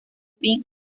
fin